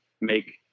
make